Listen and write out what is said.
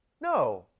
No